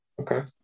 Okay